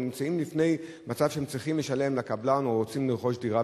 הם נמצאים בפני מצב שהם צריכים לשלם לקבלן או לרכוש דירה,